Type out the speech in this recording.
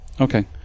Okay